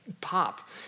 pop